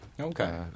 Okay